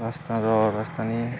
ରାଜସ୍ଥାନର ରାଜସ୍ଥାନୀ